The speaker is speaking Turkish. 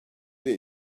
ile